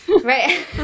right